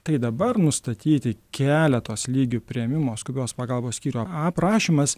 tai dabar nustatyti keletos lygių priėmimo skubios pagalbos skyrių aprašymas